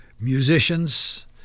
musicians